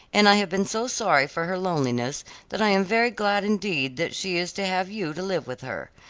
and i have been so sorry for her loneliness that i am very glad indeed that she is to have you to live with her.